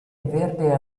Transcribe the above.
verde